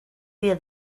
dia